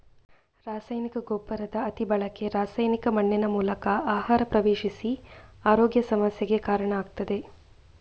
ರಾಸಾಯನಿಕ ಗೊಬ್ಬರದ ಅತಿ ಬಳಕೆ ರಾಸಾಯನಿಕ ಮಣ್ಣಿನ ಮೂಲಕ ಆಹಾರ ಪ್ರವೇಶಿಸಿ ಆರೋಗ್ಯ ಸಮಸ್ಯೆಗೆ ಕಾರಣ ಆಗ್ತದೆ